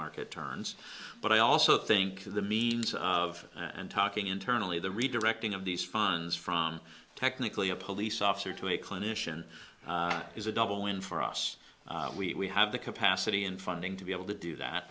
market turns but i also think the means of and talking internally the redirecting of these funds from technically a police officer to a clinician is a double win for us we have the capacity and funding to be able to do